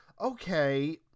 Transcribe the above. okay